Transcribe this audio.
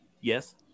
Yes